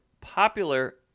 popular